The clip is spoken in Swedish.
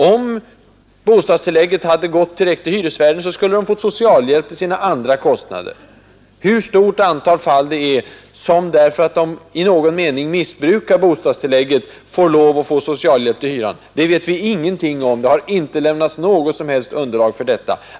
Om bostadstillägget hade gått direkt till hyresvärden skulle de ha fått socialhjälp för sina andra kostnader. Hur stort antal fall som får socialhjälp till hyran därför att de i någon mening har ”missbrukat” bostadstillägget vet vi ingenting om:det har inte lämnats något som helst underlag för de påståendena.